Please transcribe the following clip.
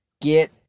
Get